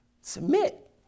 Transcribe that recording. Submit